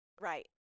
right